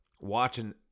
watching